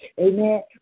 amen